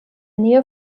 nähe